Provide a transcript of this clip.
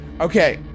Okay